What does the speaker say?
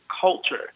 culture